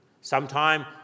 sometime